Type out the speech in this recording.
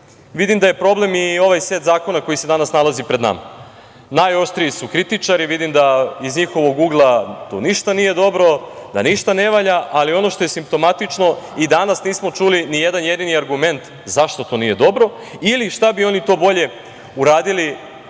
vidim da je problem i ovaj set zakona koji se danas nalazi pred nama. Najoštriji su kritičari. Vidim iz njihovog ugla tu ništa nije dobro, da ništa ne valja, ali ono što je simptomatično - i danas nismo čuli ni jedan jedini argument zašto to nije dobro ili šta bi oni to bolje uradili